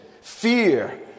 fear